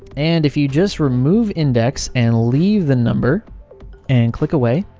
and if you just remove index and leave the number and click away,